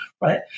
right